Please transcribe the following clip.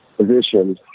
position